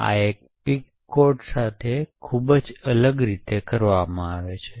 આ એક Pic code સાથે ખૂબ જ અલગ રીતે કરવામાં આવે છે